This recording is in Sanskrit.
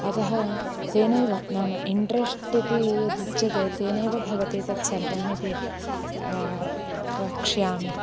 अतः तेनैव नाम इन्टरेस्ट् इति यदुच्यते तेनैव भवति तत्सर्वम् इति वक्ष्यामि